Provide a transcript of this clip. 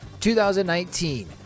2019